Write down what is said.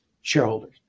shareholders